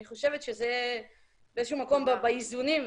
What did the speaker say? אני חושבת שזה באיזשהו מקום באיזונים,